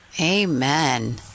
amen